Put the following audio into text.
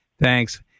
Thanks